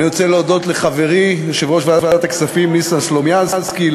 אני רוצה להודות לחברי יושב-ראש ועדת הכספים ניסן סלומינסקי,